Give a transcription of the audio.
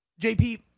jp